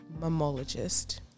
mammologist